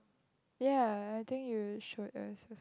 ya I think you should also